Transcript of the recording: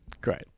Great